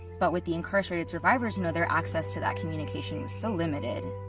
but with the incarcerated survivors, you know, their access to that communication was so limited,